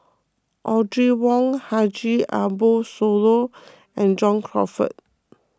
Audrey Wong Haji Ambo Sooloh and John Crawfurd